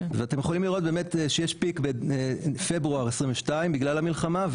אתם יכולים לראות באמת שיש פיק בפברואר 2022 בגלל המלחמה,